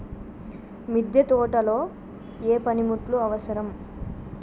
మిద్దె తోటలో ఏ పనిముట్లు అవసరం?